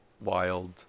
wild